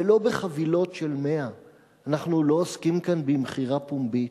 ולא בחבילות של 100. אנחנו לא עוסקים כאן במכירה פומבית,